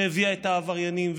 הביאה את העבריינים,